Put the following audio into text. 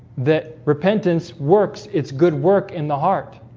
that repentance works. it's good work in the heart